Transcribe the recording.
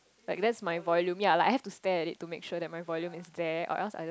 like that's my volume ya like I had to stare at it to make sure that my volume is there or else I just